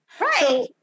Right